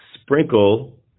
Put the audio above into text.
sprinkle